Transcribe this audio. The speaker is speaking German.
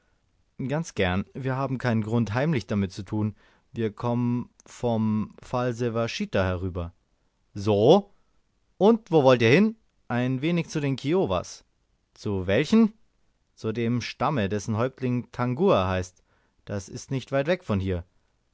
ganz gern wir haben keinen grund heimlich damit zu tun wir kommen vom false washita herüber so und wo wollt ihr hin ein wenig zu den kiowas zu welchen zu dem stamme dessen häuptling tangua heißt das ist nicht weit von hier